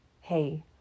Hey